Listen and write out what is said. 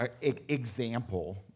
Example